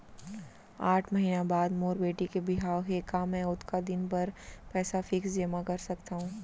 आठ महीना बाद मोर बेटी के बिहाव हे का मैं ओतका दिन भर पइसा फिक्स जेमा कर सकथव?